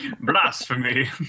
Blasphemy